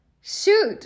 shoot